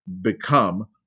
become